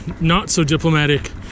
not-so-diplomatic